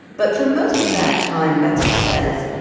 but for most of that time, betsy says,